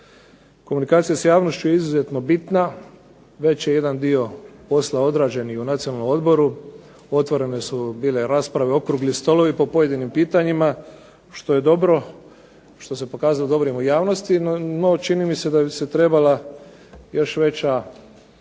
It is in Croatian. komunikacija s javnošću je izuzetno bitna. Već je jedan dio posla odrađen i u Nacionalnom odboru, otvorene su bile rasprave, okrugli stolovi po pojedinim pitanjima što je dobro, što se pokazalo dobrim u javnostima, no čini mi se da bi se trebala još veća